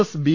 S B